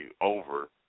over